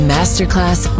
Masterclass